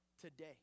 today